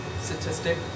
statistic